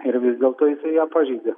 ir vis dėlto jisai ją pažeidė